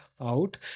out